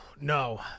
No